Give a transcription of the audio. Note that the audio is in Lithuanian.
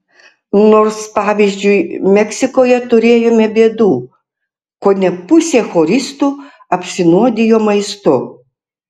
nors pavyzdžiui meksikoje turėjome bėdų kone pusė choristų apsinuodijo maistu